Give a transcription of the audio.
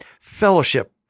fellowship